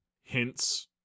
hints